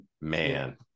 man